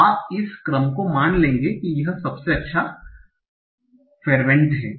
तो आप इस क्रम को मान लेंगे कि यह सबसे अच्छा फेरवेंट है